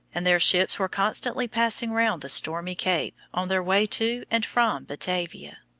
and their ships were constantly passing round the stormy cape on their way to and from batavia.